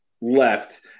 left